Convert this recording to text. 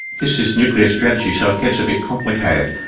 this is nuclear strategy, so it gets a bit complicated.